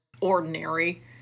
ordinary